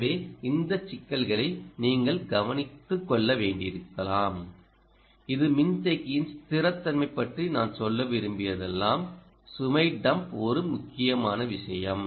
எனவே இந்த சிக்கல்களை நீங்கள் கவனித்துக் கொள்ள வேண்டியிருக்கலாம் இது மின்தேக்கியின் ஸ்திரத்தன்மை பற்றி நான் சொல்ல விரும்பியதெல்லாம் சுமை டம்ப் ஒரு முக்கியமான விஷயம்